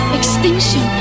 extinction